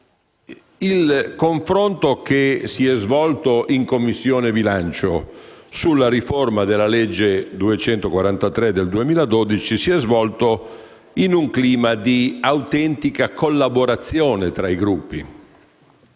il confronto in Commissione bilancio sulla riforma della legge n. 243 del 2012 si è svolto in un clima di autentica collaborazione tra i Gruppi.